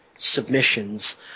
submissions